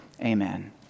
Amen